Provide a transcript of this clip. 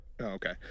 Okay